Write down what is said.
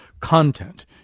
content